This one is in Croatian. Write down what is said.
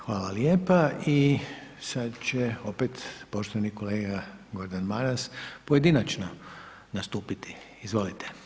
Hvala lijepa i sad će opet poštovani kolega Gordan Maras pojedinačno nastupiti.